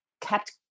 kept